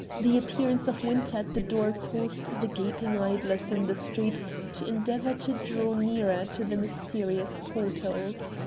the appearance of winter at the door caused the gaping idlers in the street to endeavour to draw nearer to the mysterious portals.